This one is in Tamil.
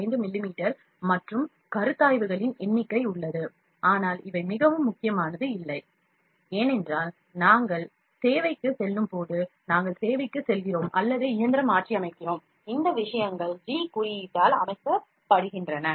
5 மிமீ மற்றும் கருத்தாய்வுகளின் எண்ணிக்கை உள்ளது ஆனால் இவை மிகவும் முக்கியமானது இல்லை ஏனென்றால் நாங்கள் சேவைக்குச் செல்லும்போது நாங்கள் சேவைக்குச் செல்கிறோம் அல்லது இயந்திரம் மாற்றியமைக்கிறோம் இந்த விஷயங்கள் ஜி குறியீட்டால் அமைக்கப்படுகின்றன